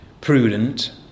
prudent